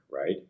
right